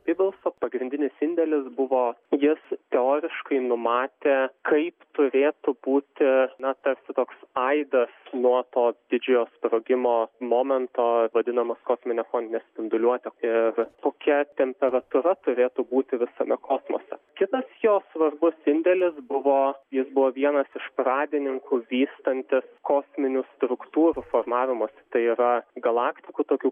pibulso pagrindinis indėlis buvo jis teoriškai numatė kaip turėtų būti na tarsi toks aidas nuo to didžiojo sprogimo momento vadinamas kosmine fonine spinduliuote ir tokia temperatūra turėtų būti visame kosmose kitas jo svarbus indėlis buvo jis buvo vienas iš pradininkų vystantis kosminių struktūrų formavimosi tai yra galaktikų tokių